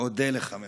אודה לך מאוד.